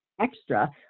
extra